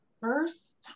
first